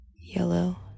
yellow